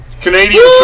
Canadian